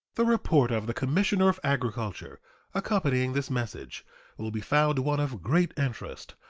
the report of the commissioner of agriculture accompanying this message will be found one of great interest,